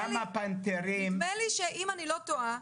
אם אני לא טועה,